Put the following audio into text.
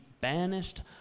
banished